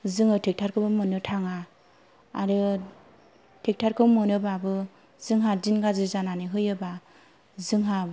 जोङो ट्रेकटारखौबो मोन्नो थाङा आरो ट्रेकटारखौ मोनोबाबो जोंहा दिन गाज्रि जानानै होयोबा जोंहा